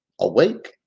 awake